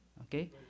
Okay